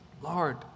Lord